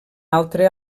altre